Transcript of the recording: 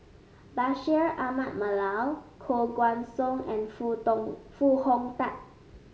Bashir Ahmad Mallal Koh Guan Song and Foo Dong Foo Hong Tatt